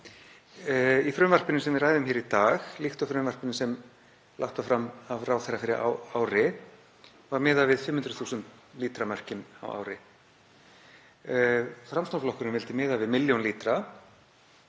Í frumvarpinu sem við ræðum í dag, líkt og í frumvarpinu sem lagt var fram af ráðherra fyrir ári, er miðað við 500.000 lítra mörk á ári. Framsóknarflokkurinn vildi miða við milljón lítra